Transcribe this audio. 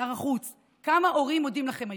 שר החוץ, כמה הורים מודים לכם היום.